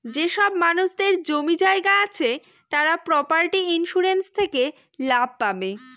যেসব মানুষদের জমি জায়গা আছে তারা প্রপার্টি ইন্সুরেন্স থেকে লাভ পাবে